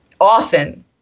often